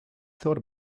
thought